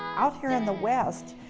out here in the west,